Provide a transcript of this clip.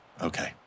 Okay